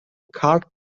card